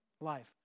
life